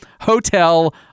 hotel